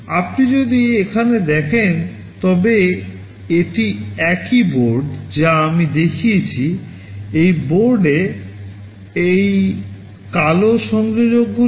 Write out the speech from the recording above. আপনি যদি এখানে দেখেন তবে এটি একই বোর্ড যা আমি দেখিয়েছি